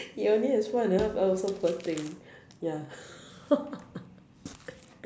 he only has four and a half oh so poor thing ya